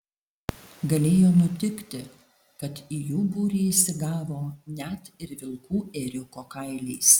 galėjo nutikti kad į jų būrį įsigavo net ir vilkų ėriuko kailiais